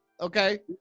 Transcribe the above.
Okay